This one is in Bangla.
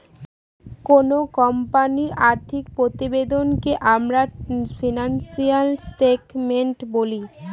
কোনো কোম্পানির আর্থিক প্রতিবেদনকে আমরা ফিনান্সিয়াল স্টেটমেন্ট বলি